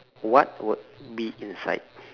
what would be inside